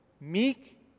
meek